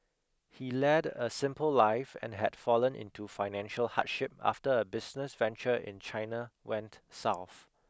he led a simple life and had fallen into financial hardship after a business venture in China went south